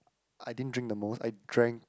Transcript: I didn't drink the most I drank